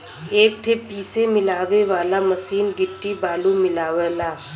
एक ठे पीसे मिलावे वाला मसीन गिट्टी बालू मिलावला